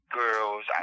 girls